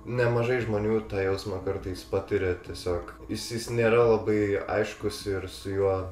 nemažai žmonių tą jausmą kartais patiria tiesiog jis jis nėra labai aiškus ir su juo